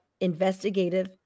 investigative